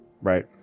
Right